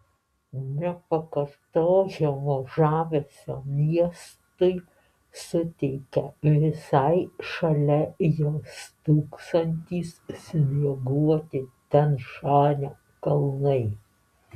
nepakartojamo žavesio miestui suteikia visai šalia jo stūksantys snieguoti tian šanio kalnai